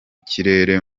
kirere